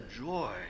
joy